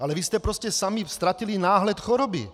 Ale vy jste prostě sami ztratili náhled choroby.